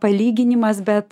palyginimas bet